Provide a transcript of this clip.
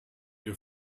ihr